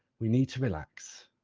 we need to relax.